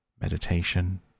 meditation